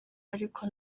ariko